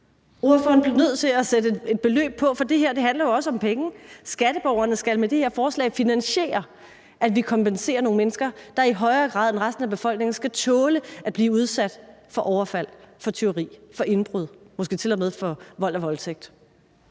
Ordføreren bliver nødt til at sætte et beløb på, for det her handler jo også om penge. Skatteborgerne skal med det her forslag finansiere, at vi kompenserer nogle mennesker, der i højere grad end resten af befolkningen skal tåle at blive udsat for overfald, for tyveri, for indbrud, måske til og med for vold og voldtægt.